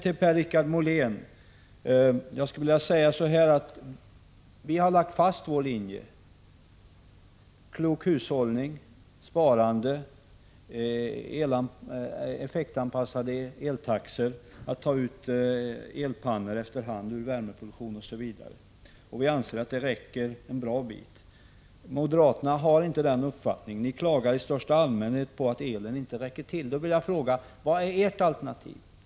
Jag skulle vilja säga till Per-Richard Molén att vi har lagt fast vår linje: klok hushållning, sparande, effektanpassade eltaxor, att efter hand ta ut elpannor ur värmeproduktion osv. Vi anser att det räcker en bra bit. Moderaterna har inte den uppfattningen. Ni klagar i största allmänhet på att elen inte räcker till. Då vill jag fråga: Vad är ert alternativ?